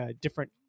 different